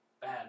bad